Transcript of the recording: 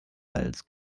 als